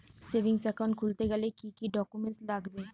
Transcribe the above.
Savings account খুলতে গেলে কি কি ডকুমেন্টস লাগবে?